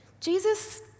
Jesus